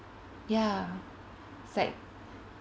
ya it's like